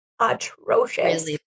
atrocious